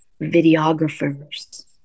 videographers